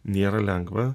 nėra lengva